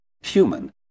human